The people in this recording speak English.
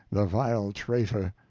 the vile traitor.